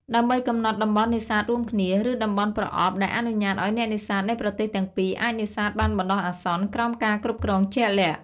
ដើម្បីកំណត់តំបន់នេសាទរួមគ្នា ឬតំបន់ ប្រអប់ ដែលអនុញ្ញាតឱ្យអ្នកនេសាទនៃប្រទេសទាំងពីរអាចនេសាទបានបណ្តោះអាសន្នក្រោមការគ្រប់គ្រងជាក់លាក់។